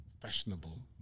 fashionable